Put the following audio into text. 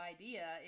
idea